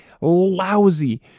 lousy